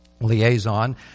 liaison